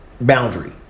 boundary